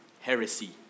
heresy